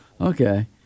okay